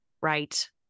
Right